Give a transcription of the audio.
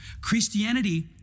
Christianity